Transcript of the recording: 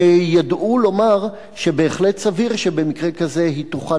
ידעו לומר שבהחלט סביר שבמקרה כזה היא תוכל